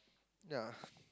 ya